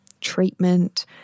treatment